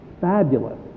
fabulous